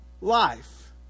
life